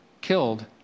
killed